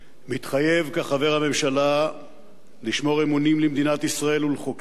מתחייב כחבר הממשלה לשמור אמונים למדינת ישראל ולחוקיה,